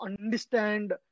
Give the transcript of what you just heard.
understand